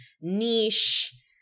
niche